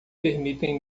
permitem